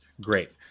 Great